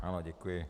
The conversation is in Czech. Ano, děkuji.